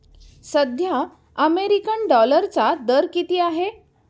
सध्या अमेरिकन डॉलरचा दर किती आहे?